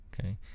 okay